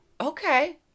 Okay